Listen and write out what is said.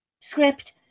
script